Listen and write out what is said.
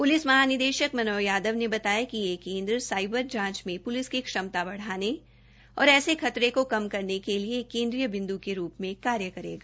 police महानिदेशक मनोज यादव ने बताया कि यह केंद्र साइबर जांच में प्लिस की क्षमता बढ़ाने और ऐसे खतरे को रोकने के लिए एक केन्द्रीय बिंदु के रूप में कार्य करेगा